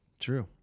True